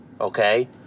okay